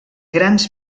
grans